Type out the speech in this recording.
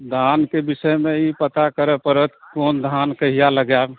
धानके विषयमे इ पता करय परत क़ोन धान कहिया लगेबै